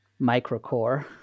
Microcore